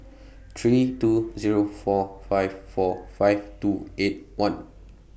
three two Zero four five four five two eight one